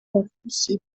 partnership